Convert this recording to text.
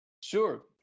Sure